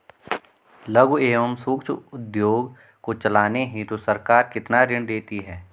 लघु एवं सूक्ष्म उद्योग को चलाने हेतु सरकार कितना ऋण देती है?